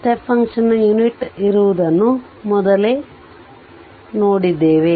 step function unit ಇರುವುದನ್ನು ಮೊದಲೇ ನೋಡಿದ್ದೇವೆ